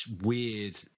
weird